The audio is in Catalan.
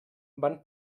van